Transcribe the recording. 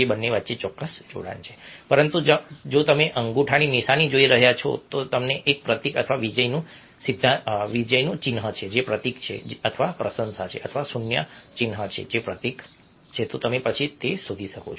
બંને વચ્ચે ચોક્કસ જોડાણ છે પરંતુ જો તમે અંગૂઠાની નિશાની જોઈ રહ્યા છો જે એક પ્રતીક અથવા વિજયનું ચિહ્ન છે જે પ્રતીક છે અથવા પ્રશંસા છે અથવા શૂન્ય ચિહ્ન છે જે પ્રતીક છે તો પછી તમે તે શોધી શકો છો